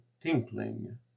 tinkling